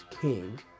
king